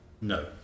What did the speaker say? No